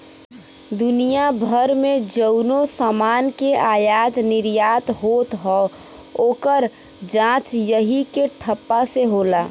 दुनिया भर मे जउनो समान के आयात निर्याट होत हौ, ओकर जांच यही के ठप्पा से होला